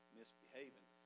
misbehaving